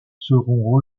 seront